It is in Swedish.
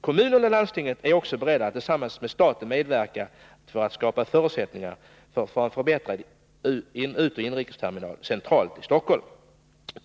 Kommunen och landstinget är också beredda att tillsammans med staten medverka till att skapa förutsättningar för en förbättrad inoch utrikesterminal i centralt läge i Stockholm.